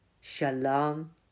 Shalom